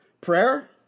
Prayer